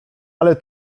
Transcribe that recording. ale